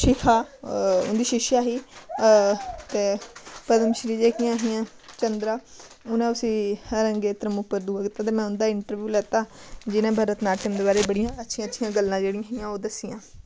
शिखा उं'दी शिश्या ही ते पद्मश्री जेह्कियां हियां चंद्रां उ'नें उसी रंगेतरम उप्पर दुआ कीता ते में उं'दा इंटरव्यू लैता जिनें भरत नाट्यम दे बारे च बड़ियां अच्छियां अच्छियां गल्लां जेह्ड़िया हियां ओह् दस्सियां